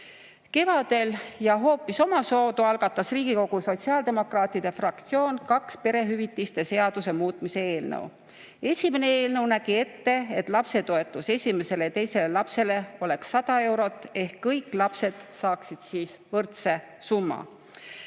Kevadel ja hoopis omasoodu algatas Riigikogu sotsiaaldemokraatide fraktsioon kaks perehüvitiste seaduse muutmise eelnõu. Esimene eelnõu nägi ette, et lapsetoetus esimesele ja teisele lapsele oleks 100 eurot ehk kõik lapsed saaksid võrdse summa.